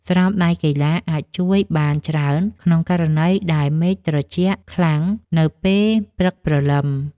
ស្រោមដៃកីឡាអាចជួយបានច្រើនក្នុងករណីដែលមេឃត្រជាក់ខ្លាំងនៅពេលព្រឹកព្រលឹម។